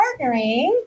partnering